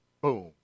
Boom